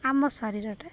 ଆମ ଶରୀରଟା